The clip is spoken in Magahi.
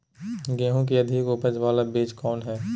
गेंहू की अधिक उपज बाला बीज कौन हैं?